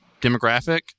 Demographic